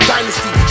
Dynasty